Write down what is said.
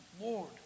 Lord